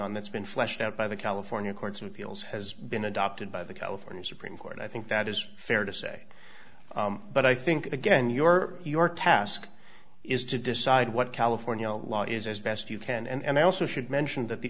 on that's been fleshed out by the california courts of appeals has been adopted by the california supreme court i think that is fair to say but i think again your your task is to decide what california law is as best you can and i also should mention that the